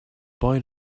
boy